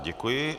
Děkuji.